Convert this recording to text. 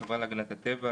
החברה להגנת הטבע,